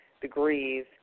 degrees